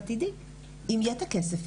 אין ויכוח,